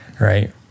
right